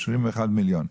31 מיליון שקלים.